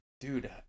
dude